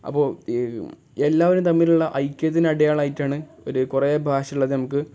അപ്പോൾ എല്ലാവരും തമ്മിലുള്ള ഐക്യത്തിന്റെ അടയാളമായിട്ടാണ് ഒരു കുറേ ഭാഷ ഉള്ളത് നമുക്ക്